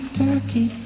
turkey